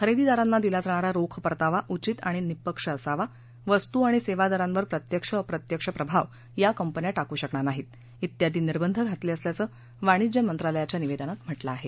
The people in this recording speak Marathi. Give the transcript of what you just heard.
खरेदीदारांना दिला जाणारा रोख परतावा उचित आणि निःपक्ष असावा वस्तू आणि सेवा दरांवर प्रत्यक्ष अप्रत्यक्ष प्रभाव या कंपन्या टाकू शकणार नाहीत इत्यादी निर्बंध घातले असल्याचं वाणिज्य मंत्रालयाच्या निवेदनात म्हटलं आहे